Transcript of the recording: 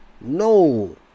no